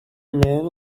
men